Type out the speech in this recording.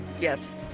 Yes